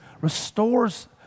restores